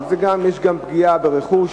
אבל יש גם פגיעה ברכוש,